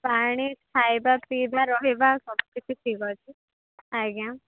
ପାଣି ଖାଇବା ପିଇବା ରହିବା ସବୁ କିିଛି ଠିକ୍ ଅଛି ଆଜ୍ଞା